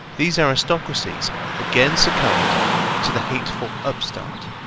these aristocracies again succumbed to the hateful upstart.